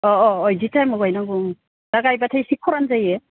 अह अह बिदि टाइमआव गायनांगौ उम दा गायबाथाय एसे खरान जायो